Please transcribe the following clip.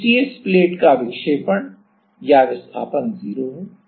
तो शीर्ष प्लेट का विक्षेपण या विस्थापन 0 है